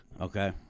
Okay